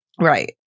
Right